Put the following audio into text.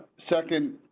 second,